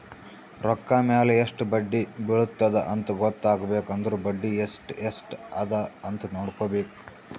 ರೊಕ್ಕಾ ಮ್ಯಾಲ ಎಸ್ಟ್ ಬಡ್ಡಿ ಬಿಳತ್ತುದ ಅಂತ್ ಗೊತ್ತ ಆಗ್ಬೇಕು ಅಂದುರ್ ಬಡ್ಡಿ ಎಸ್ಟ್ ಎಸ್ಟ್ ಅದ ಅಂತ್ ನೊಡ್ಕೋಬೇಕ್